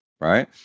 right